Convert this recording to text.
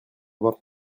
vingt